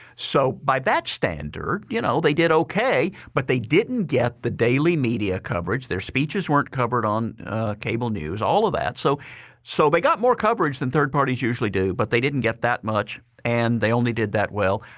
so by that standard, you know they did ok. but they didn't get the daily media coverage. their speeches weren't covered on cable news, all of that. so so they got more coverage than third parties usually do, but they didn't get that much, and they only did that well.